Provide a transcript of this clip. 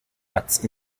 arts